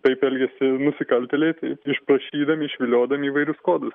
taip elgiasi nusikaltėliai taip išprašydami išviliodami įvairius kodus